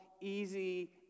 easy